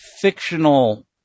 fictional